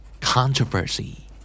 Controversy